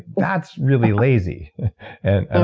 that's really lazy and and